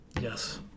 yes